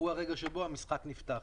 הרגע שבו המשחק נפתח.